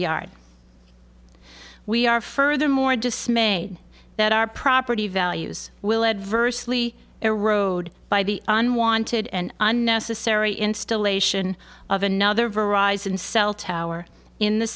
yard we are furthermore dismayed that our property values will adversely erode by the unwanted and unnecessary installation of another